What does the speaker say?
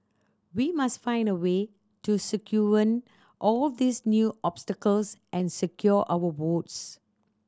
we must find a way to circumvent all these new obstacles and secure our votes